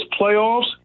playoffs